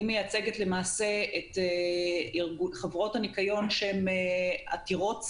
אני מייצגת את חברות הניקיון שהן עתירות שכר,